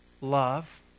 love